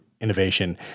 Innovation